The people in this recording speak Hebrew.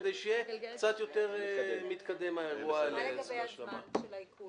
כדי שיהיה קצת יותר מתקדם --- מה לגבי הזמן של העיקול?